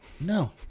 no